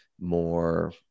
more